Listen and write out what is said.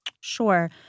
Sure